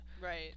right